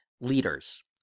leaders